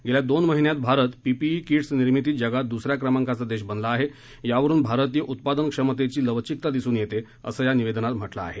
गेल्या दोन महिन्यात भारत पीपीई किट्स निर्मितीत जगात दूसऱ्या क्रमांकाचा देश बनला आहे यावरून भारतीय उत्पादन क्षमतेची लवघिकता दिसून येते असं या निवेदनात म्हटलं आहे